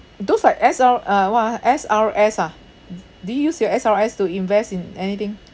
those like S_R~ uh what ah S_R_S ah do you use your S_R_S to invest in anything